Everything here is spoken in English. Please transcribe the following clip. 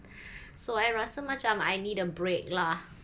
so I rasa macam I need a break lah